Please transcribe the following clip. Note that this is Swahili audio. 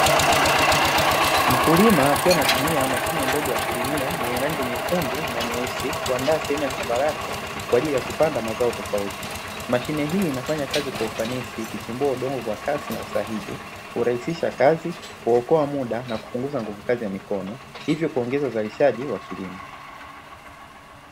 Mkulima akiwa anatumia mashine ndogo ya kulimia yenye rangi nyekundu na nyeusi kuandaa sehemu ya shamba lake kwa ajili ya kupanda mazao tofauti. Mashine hii inafanya kazi kwa ufanisi ikichimbua udongo kwa kasi na usahihi, hurahisisha kazi, huokoa muda na kupunguza nguvukazi ya mikono hivyo kuongeza uzalishaji wa kilimo.